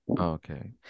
okay